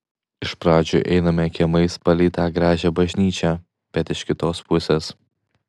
iš pradžių einame kiemais palei tą gražią bažnyčią bet iš kitos pusės